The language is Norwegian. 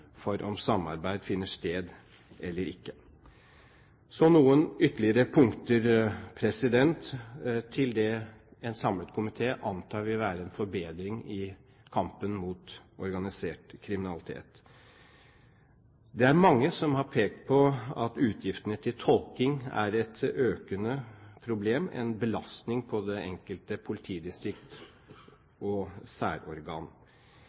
for om samarbeid finner sted eller ikke. Så noen ytterligere punkter til det en samlet komité antar vil være en forbedring i kampen mot organisert kriminalitet: Det er mange som har pekt på at utgiftene til tolking er et økende problem, en belastning på det enkelte politidistrikt og særorgan.